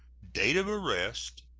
date of arrest,